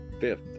Fifth